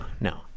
no